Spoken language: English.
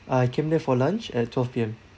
I came there for lunch at twelve P_M